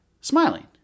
smiling